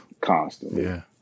constantly